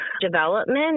development